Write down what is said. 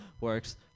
works